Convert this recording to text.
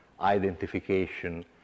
identification